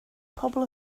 pobl